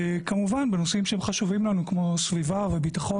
כמובן בנושאים שהם חשובים לנו כמו סביבה וביטחון